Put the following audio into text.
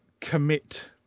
commit